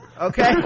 okay